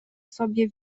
sobie